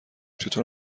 چطور